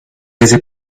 ese